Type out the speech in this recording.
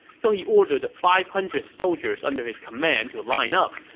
so he ordered the five hundred soldiers under his command to line up.